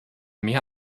mehr